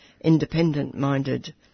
independent-minded